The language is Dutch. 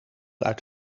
uit